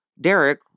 Derek